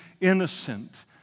innocent